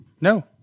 No